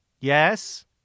Yes